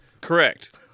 Correct